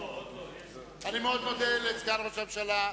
אני מאוד מודה לסגן ראש הממשלה.